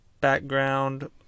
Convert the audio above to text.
background